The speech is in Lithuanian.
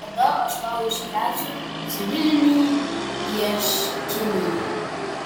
tada aš tau iškelsiu civilinį ieškinį